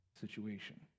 situation